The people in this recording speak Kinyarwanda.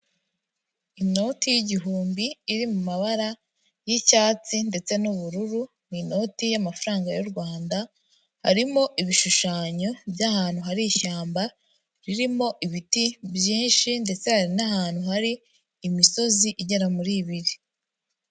Inoti y'igihumbi iri mu mabara y'icyatsi ndetse n'ubururu, ni inoti y'amafaranga y'u Rwanda, harimo ibishushanyo by'ahantu hari ishyamba ririmo ibiti byinshi ndetse n'ahantu hari imisozi igera muri ibiri.